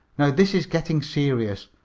now this is getting serious.